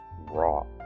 raw